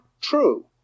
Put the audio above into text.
true